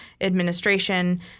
administration